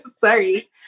sorry